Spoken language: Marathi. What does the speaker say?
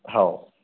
हो